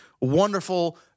wonderful